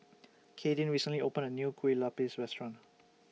Kadyn recently opened A New Kueh Lupis Restaurant